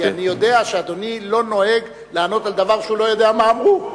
כי אני יודע שאדוני לא נוהג לענות על דבר כשהוא לא יודע מה אמרו,